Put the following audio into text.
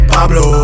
Pablo